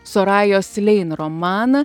sorajos lein romaną